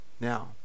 Now